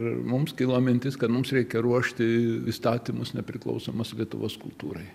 ir mums kilo mintis kad mums reikia ruošti įstatymus nepriklausomos lietuvos kultūrai